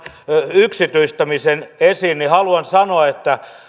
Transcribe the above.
yksityistämisen esiin haluan tuoda esille